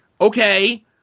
okay